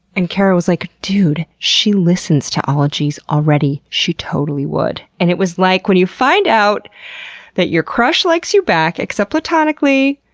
and cara was like, dude, she listens to ologies already. she totally would. and it was like when you find out that your crush likes you back, except platonically,